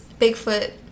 Bigfoot